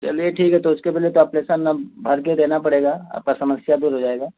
चलिए ठीक है तो उसके पहले तो अप्लेसन अब भर के देना पड़ेगा आपका समस्या दूर हो जाएगा